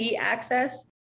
access